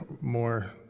more